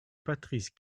patrice